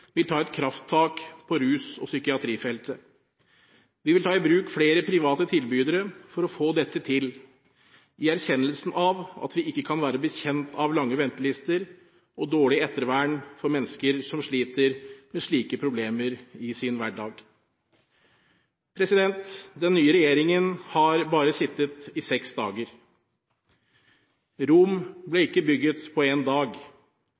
ta et krafttak på rus- og psykiatrifeltet. Vi vil ta i bruk flere private tilbydere for å få dette til, i erkjennelsen av at vi ikke kan være bekjent av lange ventelister og dårlig ettervern for mennesker som sliter med slike problemer i sin hverdag. Den nye regjeringen har sittet i bare seks dager. Rom ble ikke bygget på en dag,